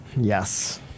Yes